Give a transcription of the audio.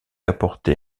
apporté